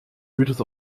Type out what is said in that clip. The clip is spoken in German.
mythos